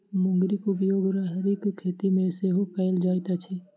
मुंगरीक उपयोग राहरिक खेती मे सेहो कयल जाइत अछि